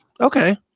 Okay